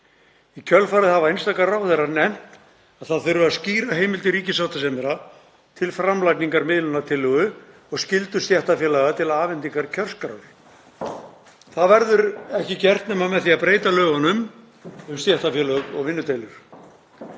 Í kjölfarið hafa einstaka ráðherrar nefnt að það þurfi að skýra heimildir ríkissáttasemjara til framlagningar miðlunartillögu og skyldu stéttarfélaga til afhendingar kjörskrár. Það verður ekki gert nema með því að breyta lögunum um stéttarfélög og vinnudeilur.